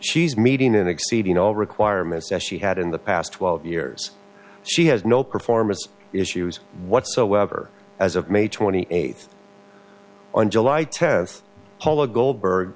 she's meeting and exceeding all requirements as she had in the past twelve years she has no performance issues whatsoever as of may twenty eighth on july tenth paula goldberg